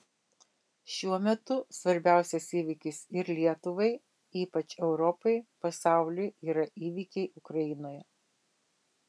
šiuo metu svarbiausias įvykis ir lietuvai ypač europai pasauliui yra įvykiai ukrainoje